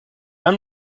i’m